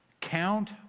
count